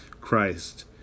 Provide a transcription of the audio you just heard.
Christ